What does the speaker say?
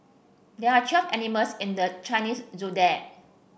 there are twelve animals in the Chinese Zodiac